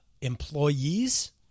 employees